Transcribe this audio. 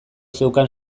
zeukan